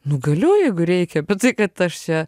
nu galiu jeigu reikia bet tai kad aš čia